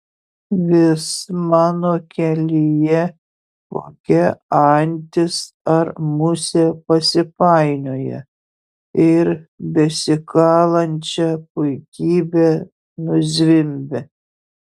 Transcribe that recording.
vis mano kelyje kokia antis ar musė pasipainioja ir besikalančią puikybę nuzvimbia